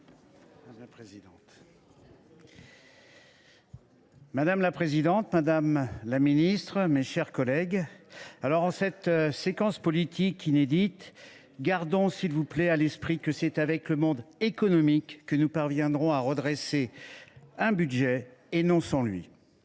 Madame la présidente, madame la ministre, mes chers collègues, en cette séquence politique inédite, gardons, s’il vous plaît, à l’esprit que c’est avec le monde économique que nous parviendrons à redresser un budget, et non sans lui.